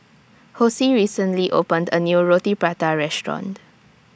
Hosie recently opened A New Roti Prata Restaurant